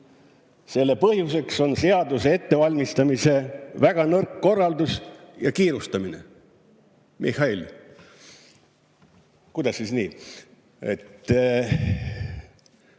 selle põhjuseks on seaduse ettevalmistamise väga nõrk korraldus ja kiirustamine. Mihhail, kuidas siis nii?